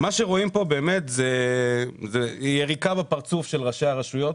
מה שרואים פה זה יריקה בפרצוף של ראשי הרשויות.